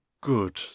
good